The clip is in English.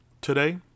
today